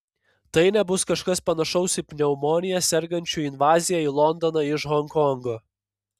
tai nebus kažkas panašaus į pneumonija sergančių invaziją į londoną iš honkongo